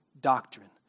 doctrine